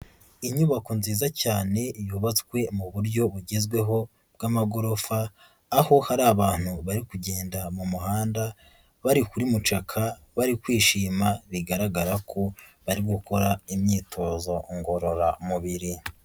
Inyubako nziza cyane yubatswe mu buryo bugezweho bw'amagorofa, aho hari abantu bari kugenda mu muhanda bari kuri mucaka bari kwishima bigaragara ko bari gukora imyitozo ngororamubiri.